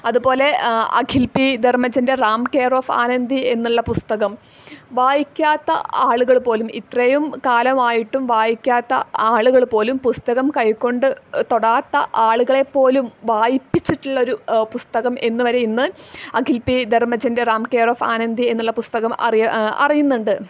അതുപോലെ അഖിൽ പി ധർമ്മജൻ്റെ Ram care of Anandhi എന്നുള്ള പുസ്തകം വായിക്കാത്ത ആളുകൾ പോലും ഇത്രയും കാലമായിട്ടും വായിക്കാത്ത ആളുകൾ പോലും പുസ്തകം കൈ കൊണ്ട് തൊടാത്ത ആളുകളെപ്പോലും വായിപ്പിച്ചിട്ടുള്ളൊരു പുസ്തകം എന്ന് വരെ ഇന്ന് അഖിൽ പി ധർമ്മജൻ്റെ റാം കെയർ ഓഫ് ആനന്ദി എന്നുള്ള പുസ്തകം അറിയുന്നുണ്ട്